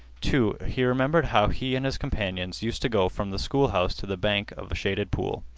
too, he remembered how he and his companions used to go from the school-house to the bank of a shaded pool.